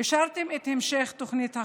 אישרתם את המשך תוכנית החומש,